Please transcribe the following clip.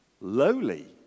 lowly